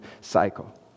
cycle